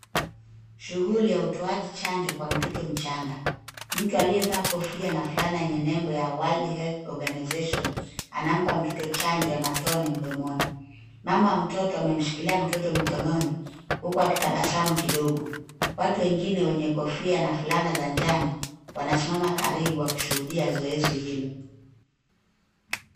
Shughuli ya utoaji chanjo kwa mtoto mchanga. Mtu aliyevaa kofia na fulana yenye nembo ya World Health Organization, anampa mtoto chanjo ya matone mdomoni. Mama mtoto amemshikilia mtoto mkononi, huku hatutabasamu kidogo. Watu wengine wenye kofia na fulana za njano wanasimama karibu wakishuhudia zoezi hilo.